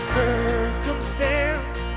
circumstance